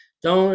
Então